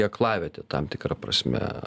į aklavietę tam tikra prasme